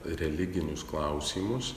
religinius klausimus